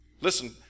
Listen